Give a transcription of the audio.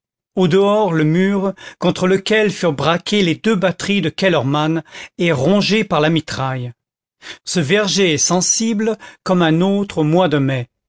au dehors le mur contre lequel furent braquées les deux batteries de kellermann est rongé par la mitraille ce verger est sensible comme un autre au mois de mai